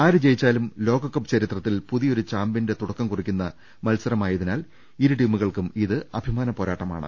ആര് ജയിച്ചാലും ലോകകപ്പ് ചരിത്രത്തിൽ പുതിയൊരു ചാമ്പ്യന്റെ തുടക്കം കുറിക്കുന്ന മത്സരമായതിനാൽ ഇരു ടീമുകൾക്കും ഇത് അഭി മാന പോരാട്ടമാണ്